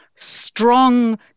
strong